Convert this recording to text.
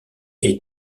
est